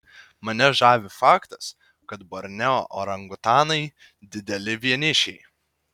mane žavi faktas kad borneo orangutanai dideli vienišiai